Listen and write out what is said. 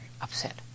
upset